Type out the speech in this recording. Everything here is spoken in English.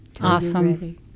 Awesome